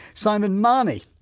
simon mahoney,